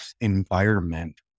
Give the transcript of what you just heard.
environment